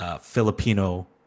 Filipino